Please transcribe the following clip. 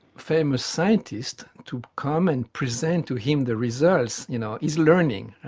famous scientists to come and present to him the results, you know, he's learning.